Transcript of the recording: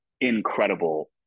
incredible